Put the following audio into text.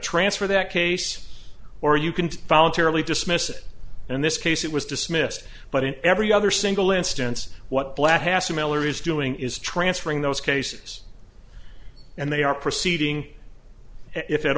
transfer that case or you can voluntarily dismiss it in this case it was dismissed but in every other single instance what black hasler is doing is transferring those cases and they are proceeding if at